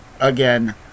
again